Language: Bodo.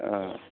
ओ